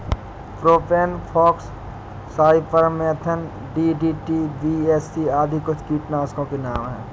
propane फॉक्स, cypermethrin, DDT, BHC आदि कुछ कीटनाशकों के नाम हैं